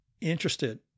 interested